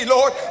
Lord